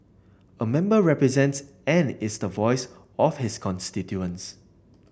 a member represents and is the voice of his constituents